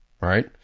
right